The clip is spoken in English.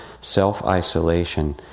self-isolation